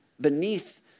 beneath